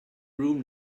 room